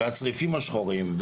והצריפים השחורים,